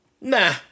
Nah